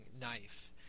knife